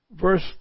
verse